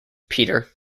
peter